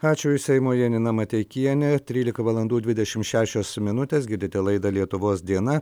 ačiū iš seimo janina mateikienė trylika valandų dvidešim šešios minutės girdite laidą lietuvos diena